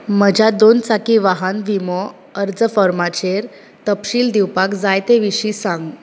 म्हज्या दोन चाकी वाहन विमो अर्ज फॉर्माचेर तपशील दिवपाक जाय ते विशीं सांग